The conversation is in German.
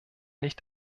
nicht